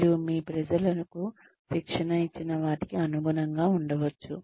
మీరు మీ ప్రజలకు శిక్షణ ఇచ్చిన వాటికి అనుగుణంగా ఉండవచ్చు